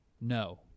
no